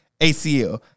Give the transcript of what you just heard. ACL